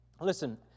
listen